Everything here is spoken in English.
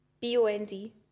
B-O-N-D